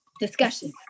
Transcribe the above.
discussion